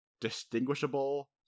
distinguishable